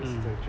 mm